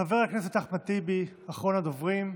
חבר הכנסת אחמד טיבי, אחרון הדוברים,